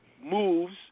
moves